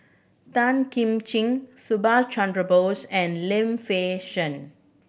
Tan Kim Ching Subhas Chandra Bose and Lim Fei Shen